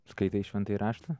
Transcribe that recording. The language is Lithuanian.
skaitai šventąjį raštą